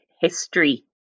history